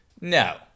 No